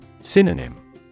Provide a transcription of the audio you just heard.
Synonym